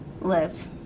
live